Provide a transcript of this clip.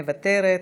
מוותרת.